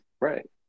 right